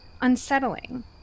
unsettling